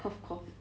cough cough